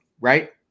right